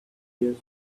years